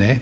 Ne.